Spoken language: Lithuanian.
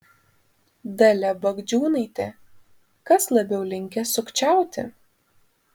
dalia bagdžiūnaitė kas labiau linkęs sukčiauti